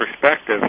perspective